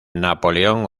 napoleón